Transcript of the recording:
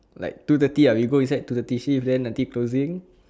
like two thirty ah we go inside two thirty see if then aunty closing